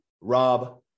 Rob